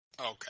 Okay